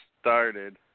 started